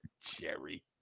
Jerry